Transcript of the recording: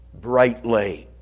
brightly